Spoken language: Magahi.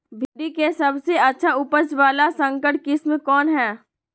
भिंडी के सबसे अच्छा उपज वाला संकर किस्म कौन है?